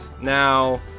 Now